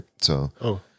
So-